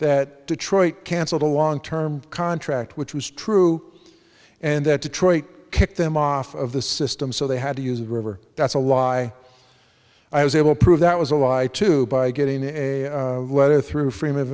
that detroit canceled a long term contract which was true and that detroit kicked them off of the system so they had to use a river that's a lie i was able to prove that was a lie too by getting a letter through frame of